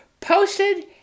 posted